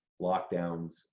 lockdowns